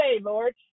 Lord